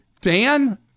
Dan